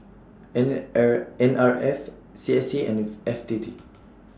N R N R F C S C and F T T